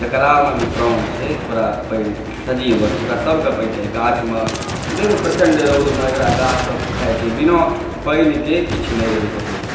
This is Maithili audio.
जकरामे भी प्राण छै ओकरा पानि सजीव वस्तुके सभके पानि चाही गाछमे एकरा प्रचण्ड रौदमे सभटा गाछसभ सुखाए छै बिना पानिके किछु नहि रहि सकैए